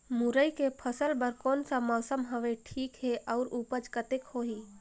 मुरई के फसल बर कोन सा मौसम हवे ठीक हे अउर ऊपज कतेक होही?